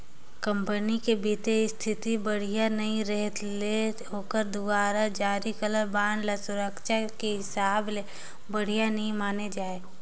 company के बित्तीय इस्थिति बड़िहा नइ रहें ले ओखर दुवारा जारी करल बांड ल सुरक्छा के हिसाब ले बढ़िया नइ माने जाए